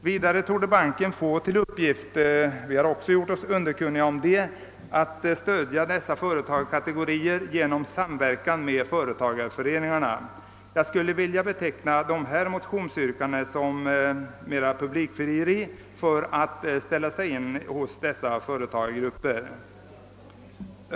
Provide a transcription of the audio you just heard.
Vidare torde banken få till uppgift — vi har gjort oss underkunniga också om det — att stödja dessa företagarkategorier genom samverkan med företagareföreningarna. Jag skulle därför vilja beteckna motionsyrkandena som ett publikfrieri för att ställa sig in hos dessa företagargrupper.